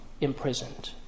imprisoned